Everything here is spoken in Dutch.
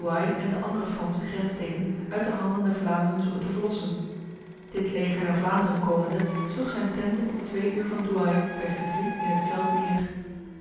en de andere franse grenssteden uit de handen der vlamingen zoeken te verlossen dit leger naar vlaanderen komende sloeg zijn tenten op twee uur van douai bij vitry in het veld neer